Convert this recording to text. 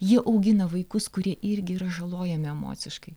jie augina vaikus kurie irgi yra žalojami emociškai